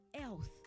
health